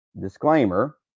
disclaimer